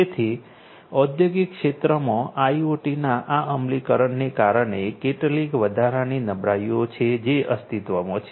તેથી ઔદ્યોગિકક્ષેત્રમાં આઇઓટીના આ અમલીકરણને કારણે કેટલીક વધારાની નબળાઈઓ છે જે અસ્તિત્વમાં છે